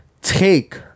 take